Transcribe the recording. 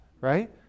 right